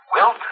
Wilt